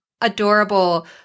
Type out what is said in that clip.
adorable